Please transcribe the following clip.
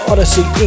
Odyssey